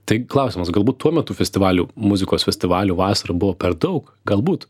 tai klausimas galbūt tuo metu festivalių muzikos festivalių vasarą buvo per daug galbūt